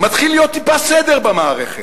מתחיל להיות טיפה סדר במערכת.